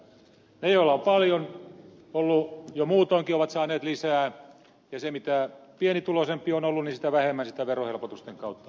ne joilla on paljon ollut jo muutoinkin ovat saaneet lisää ja mitä pienituloisempi on ollut sitä vähemmän sitä verohelpotusten kautta on tullut